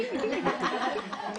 אני